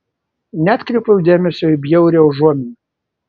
neatkreipiau dėmesio į bjaurią užuominą